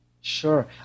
Sure